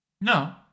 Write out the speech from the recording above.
No